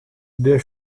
der